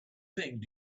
thing